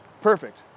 perfect